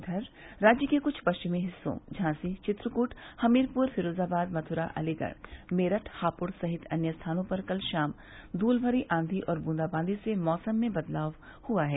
उधर राज्य के कुछ पश्चिमी हिस्सों झांसी चित्रकूट हमीरपुर फिरोजाबाद मथुरा अलीगढ़ मेरठ हापुड़ सहित अन्य स्थानों पर कल शाम धूल भरी ऑधी और बूंदाबादी से मौसम में बदलाव हुआ है